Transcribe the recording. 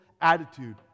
attitude